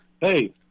Hey